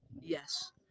Yes